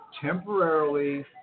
temporarily